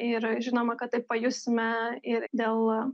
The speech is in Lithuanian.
ir žinoma kad tai pajusime ir dėl